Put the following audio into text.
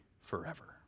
forever